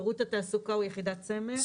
שירות התעסוקה הוא יחידת סמך.